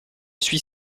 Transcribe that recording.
suis